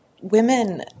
women –